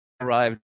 arrived